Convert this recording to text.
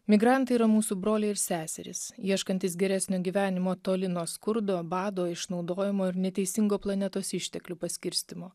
migrantai yra mūsų broliai ir seserys ieškantys geresnio gyvenimo toli nuo skurdo bado išnaudojimo ir neteisingo planetos išteklių paskirstymo